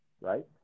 right